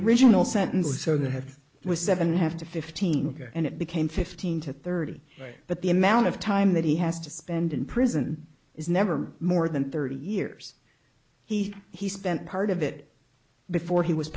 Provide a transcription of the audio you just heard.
original sentence so they have was seven have to fifteen and it became fifteen to thirty but the amount of time that he has to spend in prison is never more than thirty years he he spent part of it before he was